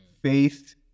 Faith